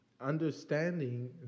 Understanding